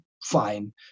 fine